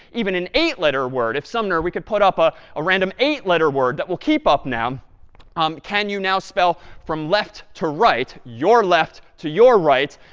even an eight-letter word if, sumner, we could put up a random eight-letter word, that we'll keep up now um can you now spell from left to right, your left to your right,